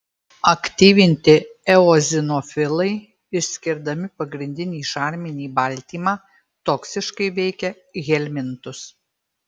aktyvinti eozinofilai išskirdami pagrindinį šarminį baltymą toksiškai veikia helmintus